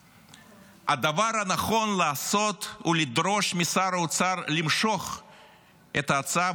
מס' 4. הדבר הנכון לעשות הוא לדרוש משר האוצר למשוך את ההצעה,